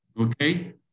Okay